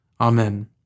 Amen